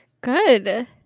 Good